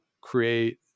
create